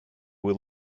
were